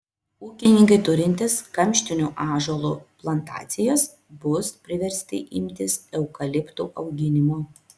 ūkininkai turintys kamštinių ąžuolų plantacijas bus priversti imtis eukaliptų auginimo